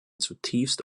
zutiefst